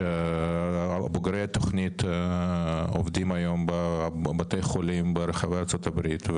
בוגרי התוכנית עובדים היום בבתי חולים ברחבי ארצות הברית,